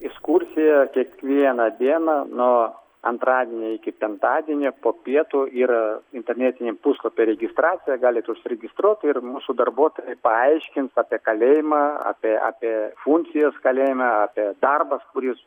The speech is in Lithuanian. iskursija kiekvieną dieną no antradienio iki penktadienio po pietų yra internetiniam puslapy registracija galit užsiregistruot ir mūsų darbuotojai paaiškins apie kalėjimą apie apie funkcijos kalėjime apie darbas kuris